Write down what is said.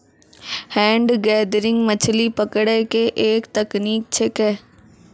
hand gathering मछली पकड़ै के एक तकनीक छेकै